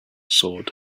sword